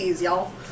y'all